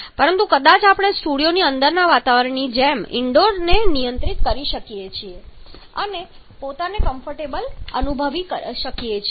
પરંતુ કદાચ આપણે સ્ટુડિયોની અંદરના વાતાવરણની જેમ ઇન્ડોરને નિયંત્રિત કરી શકીએ છીએ અને પોતાને કમ્ફર્ટેબલ અનુભવી શકીએ છીએ